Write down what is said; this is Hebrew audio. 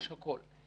יש הכול.